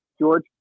George